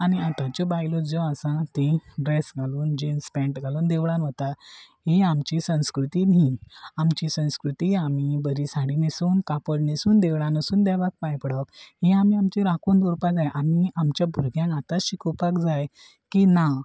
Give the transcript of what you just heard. आनी आतांच्यो बायलो ज्यो आसा ती ड्रेस घालून जीन्स पेंट घालून देवळान वता ही आमची संस्कृती न्ही आमची संस्कृती आमी बरी साडी न्हेसून कापड न्हेसून देवळां न्हसून देवाक पांय पडप ही आमी आमची राखून दवरपाक जाय आमी आमच्या भुरग्यांक आतां शिकोवपाक जाय की ना